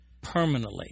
permanently